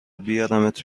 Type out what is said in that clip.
بیارمت